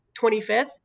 25th